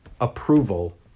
approval